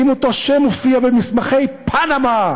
האם אותו שם מופיע במסמכי פנמה?